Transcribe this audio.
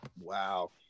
Wow